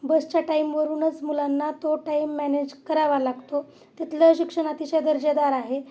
बसच्या टाइमवरूनच मुलांना तो टाइम मॅनेज करावा लागतो तिथले शिक्षण अतिशय दर्जेदार आहे